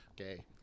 Okay